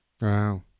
Wow